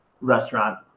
restaurant